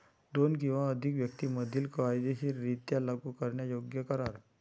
दोन किंवा अधिक व्यक्तीं मधील कायदेशीररित्या लागू करण्यायोग्य करार